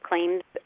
claims